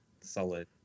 Solid